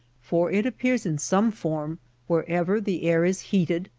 for it appears in some form wherever the air is heated,